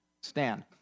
stand